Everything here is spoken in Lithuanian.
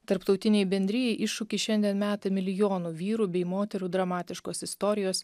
tarptautinei bendrijai iššūkį šiandien meta milijonų vyrų bei moterų dramatiškos istorijos